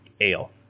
ale